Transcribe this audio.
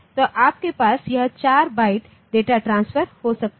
तो आपके पास यह 4 बाइट डेटा ट्रांसफर हो सकता है